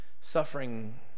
suffering